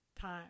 time